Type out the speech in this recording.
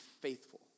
faithful